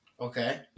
Okay